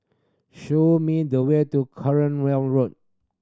show me the way to Cranwell Road